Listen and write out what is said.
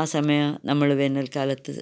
ആ സമയ നമ്മള് വേനൽക്കാലത്ത്